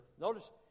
Notice